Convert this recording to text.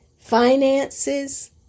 finances